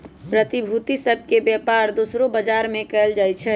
प्रतिभूति सभ के बेपार दोसरो बजार में कएल जाइ छइ